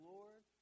Lord